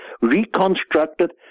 reconstructed